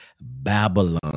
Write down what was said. Babylon